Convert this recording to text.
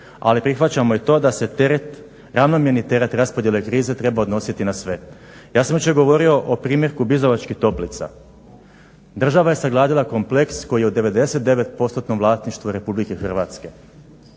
ali prihvaćamo i to da se teret ravnomjerni teret raspodjele krize treba odnositi na sve. Ja sam jučer govorio o primjerku Bizovačkih toplica, država je sagradila kompleks koji je u 99%-om vlasništvu RH.